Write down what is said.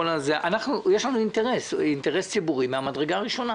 יש לנו אינטרס ציבורי מן המדרגה הראשונה.